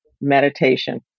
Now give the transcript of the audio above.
meditation